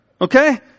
okay